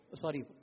Sorry